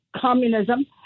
communism